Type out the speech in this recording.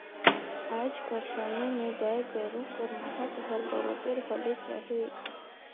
आएज कर समे में गाय गरू कर महत हर बरोबेर हलेच अहे